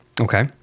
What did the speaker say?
Okay